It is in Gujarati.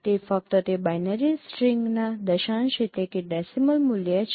તે ફક્ત તે બાઈનરી સ્ટ્રિંગના દશાંશ મૂલ્ય છે